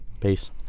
Peace